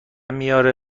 میاره